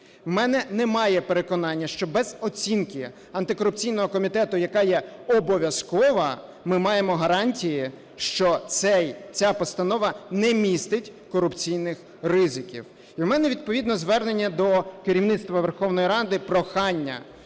у мене немає переконання, що без оцінки антикорупційного комітету, яка є обов'язкова, ми маємо гарантії, що ця постанова не містить корупційних ризиків. І у мене відповідно звернення до керівництва Верховної Ради, прохання.